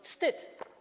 Wstyd!